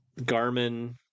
Garmin